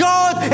God